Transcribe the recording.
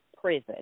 prison